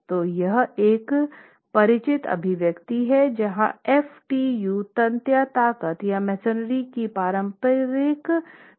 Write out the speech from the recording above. तो यह एक परिचित अभिव्यक्ति है जहाँ f tu तन्यता ताकत या मेसनरी की पारंपरिक तन्यता ताकत है